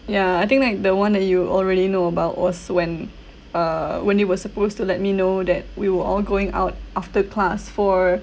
ya I think like the one that you already know about was when uh when they were supposed to let me know that we were all going out after class for